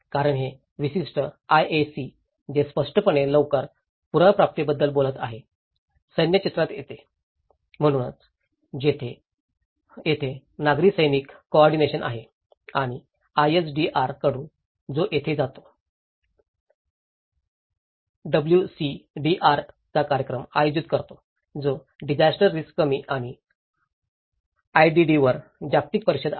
कारण हे विशिष्ट आयएसी जे स्पष्टपणे लवकर पुनर्प्राप्तीबद्दल बोलत आहे सैन्य चित्रात येते म्हणूनच तेथे नागरी सैनिकी कोऑर्डिनेशन आहे आणि आयएसडीआर कडून तो तेथे जातो डब्ल्यूसीडीआर चा कार्यक्रम आयोजित करतो जो डिजास्टर रिस्क कमी आणि आयडीडी वर जागतिक परिषद आहे